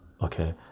okay